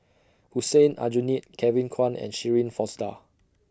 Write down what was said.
Hussein Aljunied Kevin Kwan and Shirin Fozdar